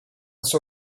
son